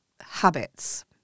habits